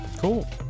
Cool